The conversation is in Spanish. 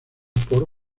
por